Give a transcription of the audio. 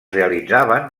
realitzaven